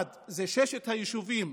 ששת היישובים